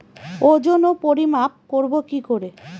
ওজন ও পরিমাপ করব কি করে?